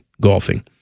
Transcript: golfing